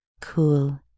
cool